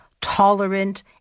tolerant